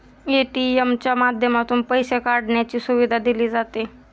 ATM च्या माध्यमातून पैसे काढण्याची सुविधा दिली जाते